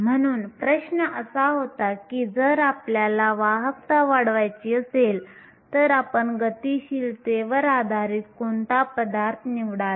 म्हणून प्रश्न असा होता की जर आपल्याला वाहकता वाढवायची असेल तर आपण गतिशीलतेवर आधारित कोणता पदार्थ निवडाल